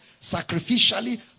sacrificially